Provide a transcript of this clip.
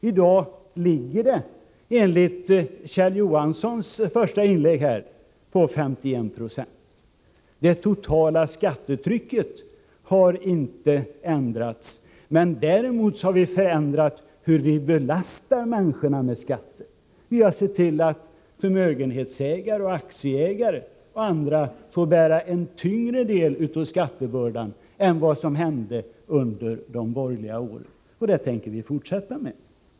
I dag ligger det enligt Kjell Johanssons första inlägg på 5196. Det totala skattetrycket har inte ändrats. Däremot har vi förändrat hur människorna belastas med skatter. Vi har sett till att t.ex. förmögenhetsägare och aktieägare får bära en tyngre del av skattebördan än under de borgerliga åren. Och det tänker vi fortsätta med.